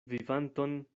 vivanton